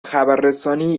خبررسانی